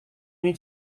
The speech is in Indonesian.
ini